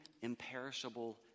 imperishable